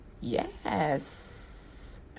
Yes